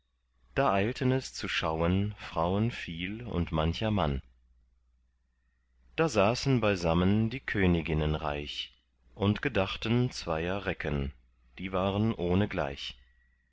da eilten es zu schauen frauen viel und mancher mann da saßen beisammen die königinnen reich und gedachten zweier recken die waren